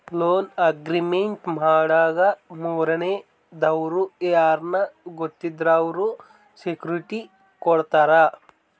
loan agreement ಮಾಡಾಗ ಮೂರನೇ ದವ್ರು ಯಾರ್ನ ಗೊತ್ತಿದ್ದವ್ರು ಸೆಕ್ಯೂರಿಟಿ ಕೊಡ್ತಾರ